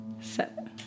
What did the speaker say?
Set